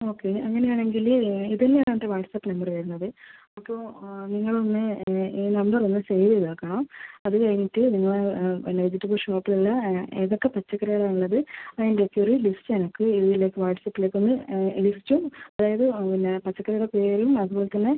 okay അങ്ങനെ ആണെങ്കിൽ ഇത് തന്നെയാണ് എൻ്റെ വാട്ട്സ്ആപ്പ് നമ്പറ് വരുന്നത് അപ്പോൾ നിങ്ങൾ ഒന്ന് ഈ നമ്പർ ഒന്ന് സേവ് ചെയ്ത് ആക്കണം അത് കഴിഞ്ഞിട്ട് നിങ്ങളെ വെജിറ്റബിൾ ഷോപ്പിലുള്ള ഏതൊക്കെ പച്ചക്കറികളാണ് ഉള്ളത് അതിൻ്റെ ഒക്കെ ഒരു ലിസ്റ്റ് എനിക്ക് ഇതിലെ വാട്ട്സ്ആപ്പിലേക്ക് ഒന്ന് ലിസ്റ്റും അതായത് പച്ചക്കറിയുടെ പേരും അതു പോലെ തന്നെ